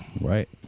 Right